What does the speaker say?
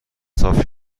صاف